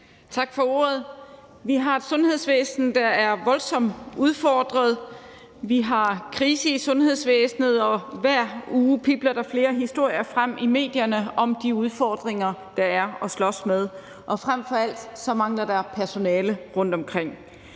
Tak for ordet. Vi har et sundhedsvæsen, der er voldsomt udfordret. Vi har krise i sundhedsvæsenet, og hver uge pibler der flere historier frem i medierne om de udfordringer, der er at slås med, og frem for alt mangler der personale rundtomkring.